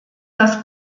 das